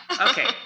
Okay